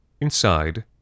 Inside